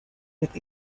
with